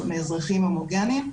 מאזרחים הומוגניים,